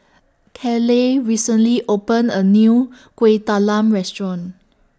Caleigh recently opened A New Kueh Talam Restaurant